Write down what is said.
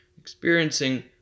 experiencing